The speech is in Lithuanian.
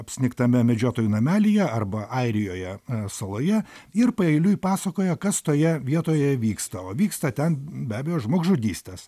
apsnigtame medžiotojų namelyje arba airijoje saloje ir paeiliui pasakoja kas toje vietoje vyksta o vyksta ten be abejo žmogžudystės